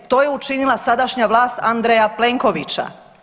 To je učinila sadašnja vlast Andreja Plenkovića.